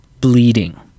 bleeding